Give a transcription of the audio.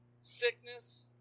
Sickness